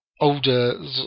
older